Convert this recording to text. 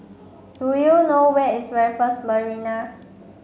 do you know where is Raffles Marina